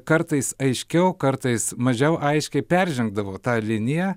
kartais aiškiau kartais mažiau aiškiai peržengdavau tą liniją